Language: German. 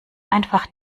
einfach